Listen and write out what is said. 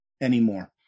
anymore